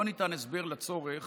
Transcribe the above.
לא ניתן הסבר לצורך